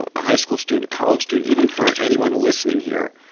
a high school student, college student, even for anyone listening here.